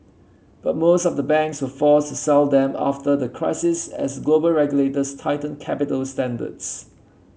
but most of the banks were forced to sell them after the crisis as global regulators tightened capital standards